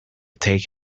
take